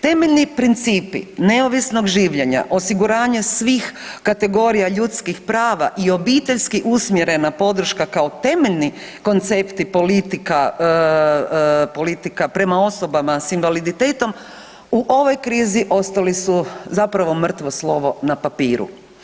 Temeljni principi neovisnog življenja osiguranje svih kategorija ljudskih prava i obiteljski usmjerena podrška kao temeljni koncepti politika prema osobama s invaliditetom u ovoj krizi ostali su zapravo mrtvo slovo na papiru.